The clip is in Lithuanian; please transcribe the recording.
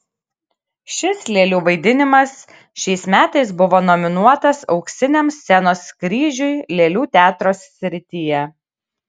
šis lėlių vaidinimas šiais metais buvo nominuotas auksiniam scenos kryžiui lėlių teatro srityje